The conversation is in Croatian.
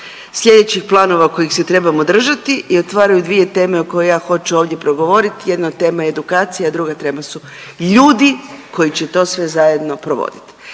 slijedećih planova kojih se trebamo držati i otvaraju dvije teme o kojoj ja hoću ovdje progovoriti. Jedna od tema je edukacija, a druga tema su ljudi koji će sve to zajedno provoditi.